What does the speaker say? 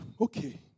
Okay